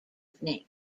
evening